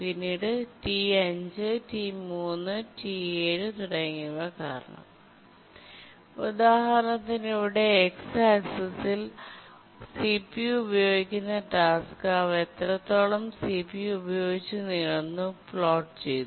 പിന്നീട് T5 T3 T7 തുടങ്ങിയവ കാരണം ഉദാഹരണത്തിന് ഇവിടെ എക്സ് ആക്സിസിൽ സിപിയു ഉപയോഗിക്കുന്ന ടാസ്ക് അവ എത്രത്തോളം സിപിയു ഉപയോഗിച്ച് നീളുന്നു പ്ലോട്ട് ചെയ്തു